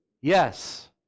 Yes